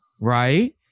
Right